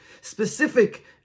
specific